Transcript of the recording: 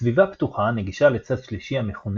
בסביבה פתוחה הנגישה לצד שלישי המכונה